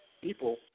people